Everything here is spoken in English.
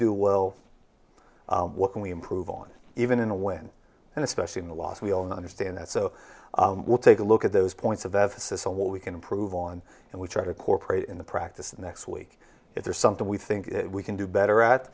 do well what can we improve on even in a when and especially in the last we all now understand that so we'll take a look at those points of emphasis on what we can improve on and we try to corporate in the practice of next week if there's something we think we can do better at